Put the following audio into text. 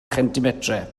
chentimetrau